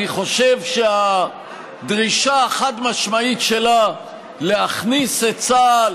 אני חושב שהדרישה החד-משמעית שלה להכניס את צה"ל,